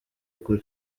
kure